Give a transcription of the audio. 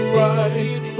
right